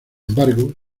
embargo